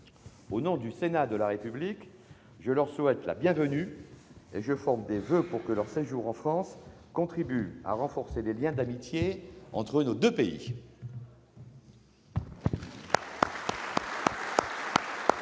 Au nom du Sénat de la République, je vous souhaite la bienvenue et je forme des voeux pour que votre séjour en France contribue à renforcer les liens d'amitié entre nos deux pays.